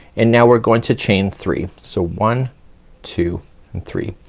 and now we're going to chain three. so one two and three.